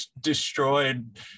destroyed